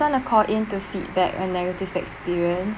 just want to call in to feedback a negative experience